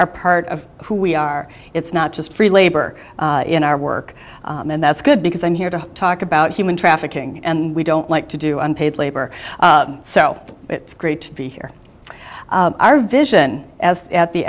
are part of who we are it's not just free labor in our work and that's good because i'm here to talk about human trafficking and we don't like to do unpaid labor so it's great to be here our vision as at the